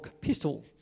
pistol